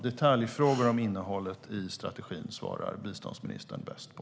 Detaljfrågor om innehållet i strategin svarar som sagt biståndsministern bäst på.